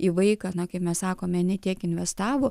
į vaiką na kaip mes sakome ne tiek investavo